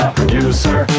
producer